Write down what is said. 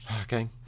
Okay